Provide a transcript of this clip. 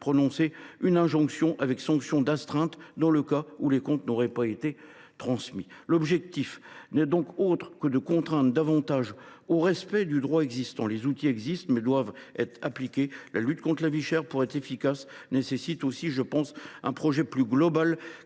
prononcer une injonction avec sanction d’astreinte dans le cas où les comptes n’auraient pas été transmis. L’objectif n’est donc autre que de contraindre davantage au respect du droit existant. Les outils existent, mais ils doivent être appliqués. La lutte contre la vie chère, pour être efficace, nécessite aussi, je le pense, un projet plus global,